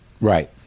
Right